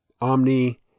Omni